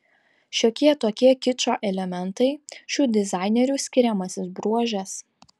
šiokie tokie kičo elementai šių dizainerių skiriamasis bruožas